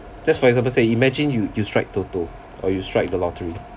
just for example say imagine you you strike TOTO or you strike the lottery